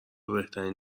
بهترین